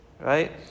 right